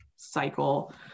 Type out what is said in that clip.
cycle